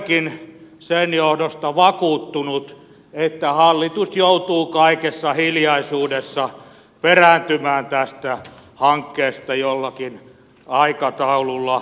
olenkin sen johdosta vakuuttunut että hallitus joutuu kaikessa hiljaisuudessa perääntymään tästä hankkeesta jollakin aikataululla